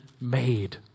made